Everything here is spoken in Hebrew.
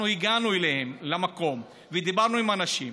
אנחנו הגענו אליהם למקום ודיברנו עם האנשים.